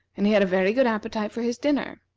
and he had a very good appetite for his dinner.